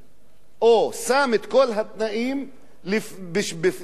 או שם את כל התנאים בפני הפלסטינים,